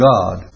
God